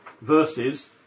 versus